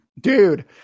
Dude